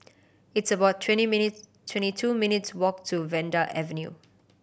it's about twenty minute twenty two minutes' walk to Vanda Avenue